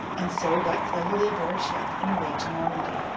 and so got cleverly aboard ship and away to normandy.